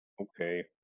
Okay